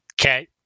Okay